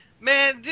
man